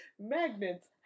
magnets